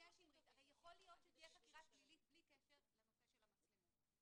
יכול להיות שתהיה חקירה פלילית בלי קשר לנושא של המצלמות.